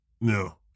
No